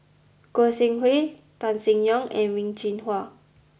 Goi Seng Hui Tan Seng Yong and Wen Jinhua